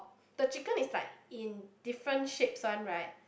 the chicken is like in different shapes one right